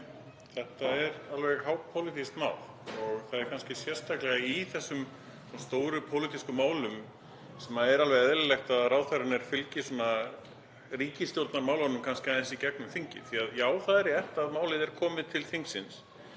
Þetta er alveg hápólitískt mál og það er kannski sérstaklega í þessum stóru pólitísku málum sem er alveg eðlilegt að ráðherrarnir fylgi ríkisstjórnarmálum aðeins í gegnum þingið. Já, það er rétt að málið er komið til þingsins